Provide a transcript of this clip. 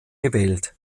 gewählt